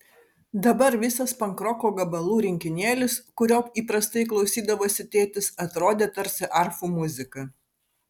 dabar visas pankroko gabalų rinkinėlis kurio įprastai klausydavosi tėtis atrodė tarsi arfų muzika